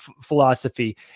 philosophy